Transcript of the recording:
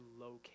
locate